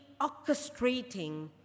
orchestrating